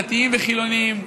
דתיים וחילונים,